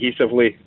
cohesively